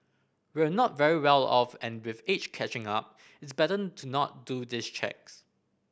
we're not very well off and with age catching up it's better to not do these checks